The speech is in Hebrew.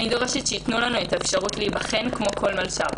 אני דורשת שייתנו לנו את האפשרות להיבחן כמו כל מלש"ב.